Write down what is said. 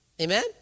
Amen